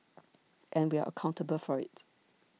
and we are accountable for it